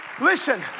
listen